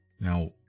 Now